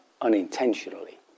unintentionally